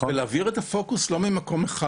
צריך להעביר את הפוקוס שלא יהיה רק במקום אחד